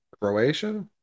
Croatia